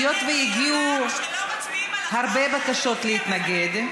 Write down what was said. היות שהגיעו הרבה בקשות להתנגד,